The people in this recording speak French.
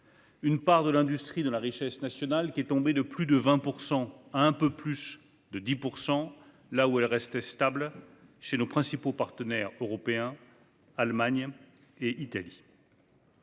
une part de l'industrie dans la richesse nationale tombée de plus de 20 % à un peu plus de 10 % tandis qu'elle restait stable chez nos principaux partenaires européens- l'Allemagne et l'Italie.